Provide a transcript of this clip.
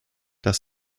das